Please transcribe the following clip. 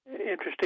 interesting